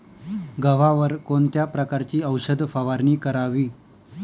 गव्हावर कोणत्या प्रकारची औषध फवारणी करावी?